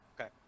Okay